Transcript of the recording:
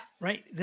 Right